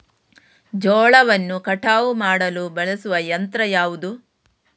ಜೋಳವನ್ನು ಕಟಾವು ಮಾಡಲು ಬಳಸುವ ಯಂತ್ರ ಯಾವುದು?